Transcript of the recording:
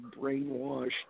brainwashed